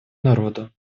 народу